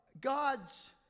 God's